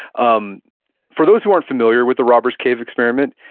um for those who aren't familiar with the robbers cave experiment,